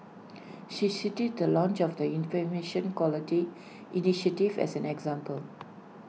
she cited the launch of the Information Quality initiative as an example